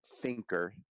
thinker